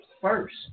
first